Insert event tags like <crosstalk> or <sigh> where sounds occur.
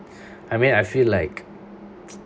<breath> I mean I feel like